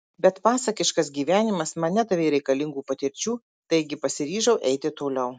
bet pasakiškas gyvenimas man nedavė reikalingų patirčių taigi pasiryžau eiti toliau